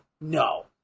No